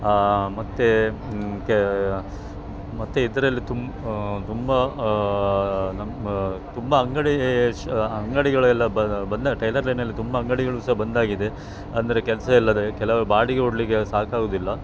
ಮತ್ತು ಕೆ ಮತ್ತು ಇದರಲ್ಲಿ ತುಂಬ ತುಂಬ ನಮ್ಮ ತುಂಬ ಅಂಗಡಿ ಶ ಅಂಗಡಿಗಳೆಲ್ಲ ಬಂದ್ ಆಗಿ ಟೈಲರ್ ಲೈನಲ್ಲಿ ತುಂಬ ಅಂಗಡಿಗಳು ಸಹ ಬಂದ್ ಆಗಿದೆ ಅಂದರೆ ಕೆಲಸ ಇಲ್ಲದೆ ಕೆಲವರು ಬಾಡಿಗೆ ಕೊಡಲಿಕ್ಕೆ ಸಾಕಾಗುವುದಿಲ್ಲ